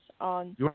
on